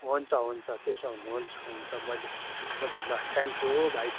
हुन्छ हुन्छ तेसो हो भने हुन्छ हुन्छ मैले बुझेँ ल थ्याङ्कयू भाइ